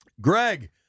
Greg